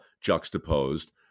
juxtaposed